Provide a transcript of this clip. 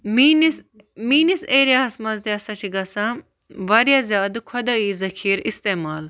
میٛٲنِس میٛٲنِس ایریاہَس منٛز تہِ ہَسا چھِ گژھان واریاہ زیادٕ خۄدٲیی ذٔخیٖرٕ استعمال